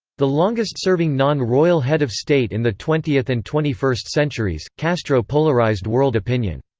the longest-serving non-royal head of state in the twentieth and twenty first centuries, castro polarized world opinion.